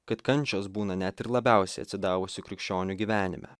kad kančios būna net ir labiausiai atsidavusių krikščionių gyvenime